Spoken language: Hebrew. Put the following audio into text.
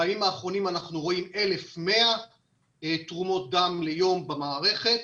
בימים האחרונים אנחנו רואים 1,100 תרומות דם ליום במערכת.